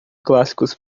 clássicos